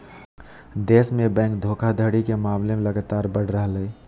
देश में बैंक धोखाधड़ी के मामले लगातार बढ़ रहलय